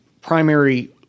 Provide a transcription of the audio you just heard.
primary